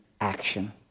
action